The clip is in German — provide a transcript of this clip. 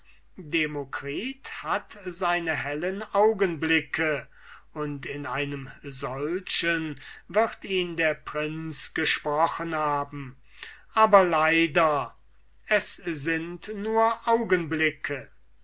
demokritus hat seine hellen augenblicke und in einem solchen wird ihn der prinz gesprochen haben aber leider es sind nur augenblickeso